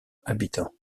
habitants